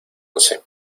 once